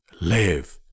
Live